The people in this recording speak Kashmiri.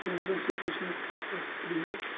یُس زَن سٕچویشَنٕس ٲس واریاہ کرٛیٖٹھ